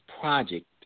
project